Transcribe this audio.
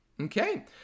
okay